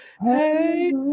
Hey